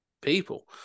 people